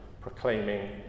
proclaiming